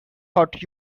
hot